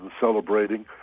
celebrating